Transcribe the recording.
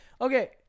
okay